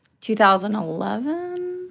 2011